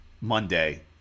Monday